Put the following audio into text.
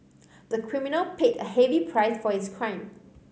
the criminal paid a heavy price for his crime